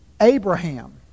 Abraham